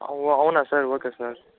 అవునా sir okay sir